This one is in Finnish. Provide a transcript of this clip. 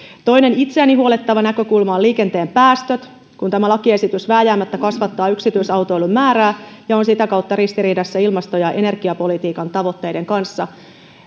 toinen itseäni huolettava näkökulma on liikenteen päästöt kun tämä lakiesitys vääjäämättä kasvattaa yksityisautoilun määrää ja on sitä kautta ristiriidassa ilmasto ja energiapolitiikan tavoitteiden kanssa